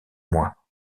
mois